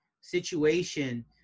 situation